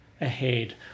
ahead